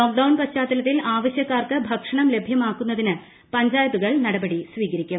lockdown പശ്ചാത്തലത്തിൽ ആവശ്യക്കാർക്ക് ഭക്ഷണം ലഭ്യമാക്കുന്നതിന് പഞ്ചായത്തുകൾ നടപടി സ്വീകരിക്കും